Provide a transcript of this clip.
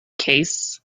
case